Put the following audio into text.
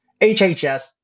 HHS